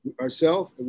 Ourself